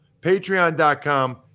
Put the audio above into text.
Patreon.com